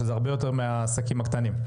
שזה הרבה יותר מהעסקים הגדולים.